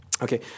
Okay